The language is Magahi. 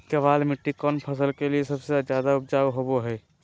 केबाल मिट्टी कौन फसल के लिए सबसे ज्यादा उपजाऊ होबो हय?